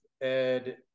Ed